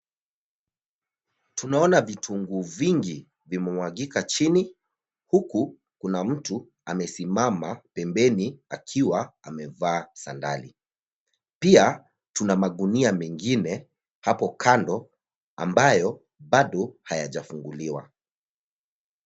Tunaona vitunguu vingi vimemwangika chini, huku kuna mtu amesimama pembeni akiwa amevaa sadari. Pia, tuna magunia mengine hapo kando ambayo bado hayajafunguliwa.